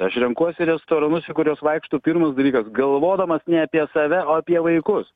aš renkuosi restoranus į kuriuos vaikšto pirmas dalykas galvodamas ne apie save o apie vaikus